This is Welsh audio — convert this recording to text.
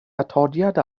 atodiad